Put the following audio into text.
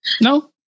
No